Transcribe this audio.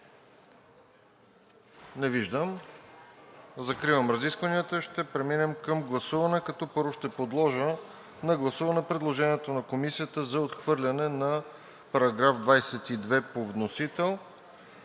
Не виждам. Закривам разискванията. Ще преминем към гласуване, като първо ще подложа на гласуване предложението на Комисията за отхвърляне на § 22 по вносител,